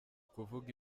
kuvuga